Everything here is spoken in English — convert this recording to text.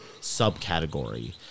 subcategory